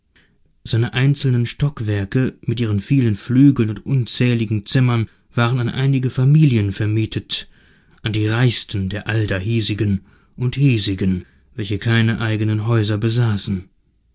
seine einzelnen stockwerke mit ihren vielen flügeln und unzähligen zimmern waren an einige familien vermietet an die reichsten der alldahiesigen und hiesigen welche keine eigenen häuser besaßen